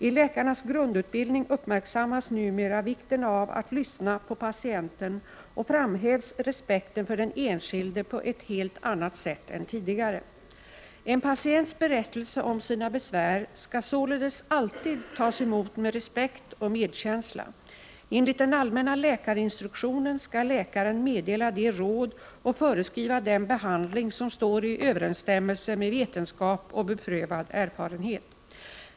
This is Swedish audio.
I läkarnas grundutbildning uppmärksammas numera vikten av att lyssna på patienten och framhävs respekten för den enskilde på ett helt annat sätt än tidigare. En patients berättelse om sina besvär skall således alltid tas emot med respekt och medkänsla. Enligt den allmänna läkarinstruktionen skall läkaren meddela de råd och föreskriva den behandling som står i överensstämmelse med vetenskap och beprövad erfarenhet.